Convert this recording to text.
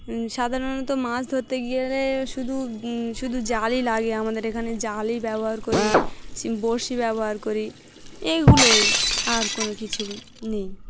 সাধারণত মাছ ধরতে গেলে শুধু শুধু জালই লাগে আমাদের এখানে জালই ব্যবহার করি বড়শি ব্যবহার করি এইগুলোই আর কোনো কিছু নেই